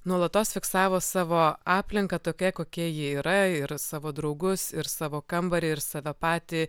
nuolatos fiksavo savo aplinką tokia kokia ji yra ir savo draugus ir savo kambarį ir save patį